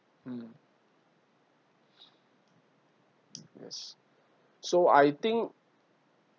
mm yes so I think